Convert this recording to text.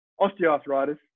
osteoarthritis